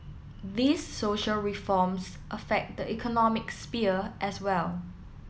these social reforms affect the economic sphere as well